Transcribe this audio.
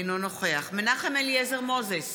אינו נוכח מנחם אליעזר מוזס,